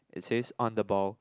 it says on the ball